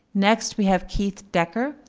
next we have keith decker.